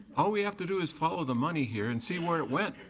all we have to do is follow the money here and see where it went.